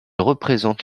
représente